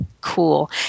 cool